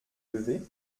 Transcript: levé